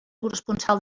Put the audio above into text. corresponsal